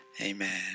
Amen